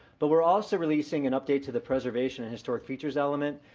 but we're also releasing an update to the preservation and historic features element.